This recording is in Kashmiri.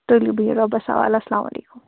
تُلیُو بِہیُو رۄبَس سوال اسلام علیکُم